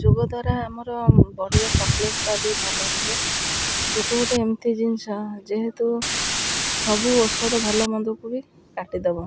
ଯୋଗ ଦ୍ୱାରା ଆମର ବଡ଼ିର ବି ଭଲ ରୁହେ ଯୋଗ ଗୋଟେ ଏମିତି ଜିନିଷ ଯେହେତୁ ସବୁ ଔଷଧ ଭଲମନ୍ଦକୁ ବି କାଟିଦେବ